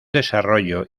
desarrollo